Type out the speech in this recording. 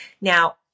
Now